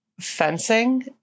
fencing